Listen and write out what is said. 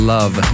Love